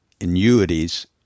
annuities